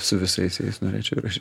su visais jais norėčiau įraš